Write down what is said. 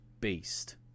beast